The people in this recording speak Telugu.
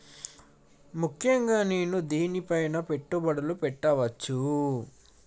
ముఖ్యంగా నేను దేని పైనా పెట్టుబడులు పెట్టవచ్చు?